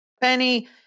penny